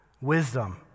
wisdom